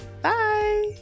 bye